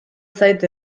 zait